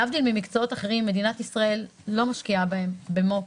להבדיל ממקצועות אחרים מדינת ישראל לא משקיעה בהם במו"פ,